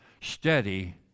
Steady